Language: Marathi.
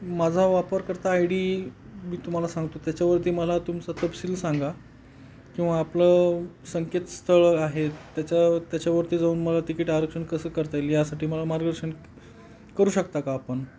माझा वापरकर्ता आय डी मी तुम्हाला सांगतो त्याच्यावरती मला तुमचं तपशील सांगा किंवा आपलं संकेत स्थळं आहेत त्याच्या त्याच्यावरती जाऊन मला तिकीट आरक्षण कसं करता येईल यासाठी मला मार्गदर्शन करू शकता का आपण